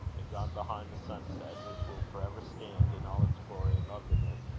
and gone behind the sunset, which will for ever stand, in all its glory and loveliness,